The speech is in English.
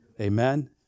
amen